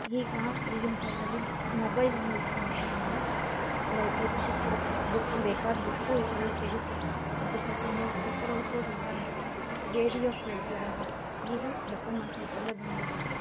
ಈಗ ಈಗಿನ ಕಾಲದಲ್ಲಿ ಮೊಬೈಲ್ ಒಂದು ಇತ್ತು ಅಂದರೆ ನಮಗೆ ಲೈಬ್ರೆರಿ ಸಿಕ್ಕಿಬಿಡುತ್ತೆ ಬುಕ್ ಬೇಕಾದ ಬುಕ್ಕು ಇದರಲ್ಲೆ ಸಿಗುತ್ತೆ ಅದ್ರ ಜೊತೆ ನ್ಯೂಸ್ ಪೇಪರ್ ಓದ್ಬೋದು ಇದರಲ್ಲೇ ರೇಡಿಯೋ ಕೇಳ್ತಿದ್ರು ಅವಾಗ ಈಗ ಎಫ್ ಎಮ್ ಅಂತ ಇದರಲ್ಲೆ ಬಂದುಬಿಡುತ್ತೆ